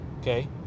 okay